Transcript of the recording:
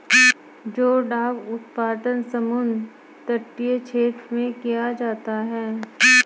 जोडाक उत्पादन समुद्र तटीय क्षेत्र में किया जाता है